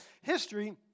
history